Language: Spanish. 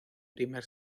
primer